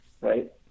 right